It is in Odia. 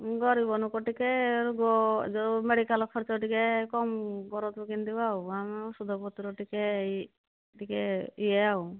ମୁଁ ଗରିବ ଲୋକ ଟିକେ ଯୋଉ ମେଡିକାଲ ଖର୍ଚ୍ଚ ଟିକେ କମ୍ କରନ୍ତୁ ଆଉ ଆମେ ସୁଧ ପୁଧରେ ଟିକେ ଇଏ ଆଉ